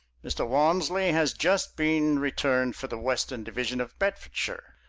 mr. walmsley has just been returned for the western division of bedfordshire.